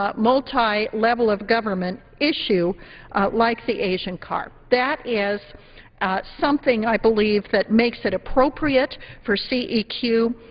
um multi level of government issue like the asian carp. that is something, i believe, that makes it appropriate for c e q.